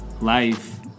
Life